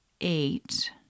eight